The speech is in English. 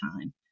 time